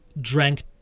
drank